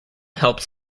helped